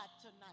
tonight